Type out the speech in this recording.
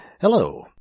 Hello